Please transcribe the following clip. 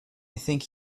think